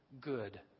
Good